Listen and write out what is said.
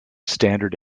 standard